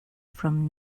from